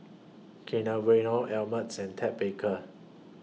Kinder Bueno Ameltz and Ted Baker